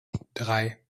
drei